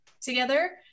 together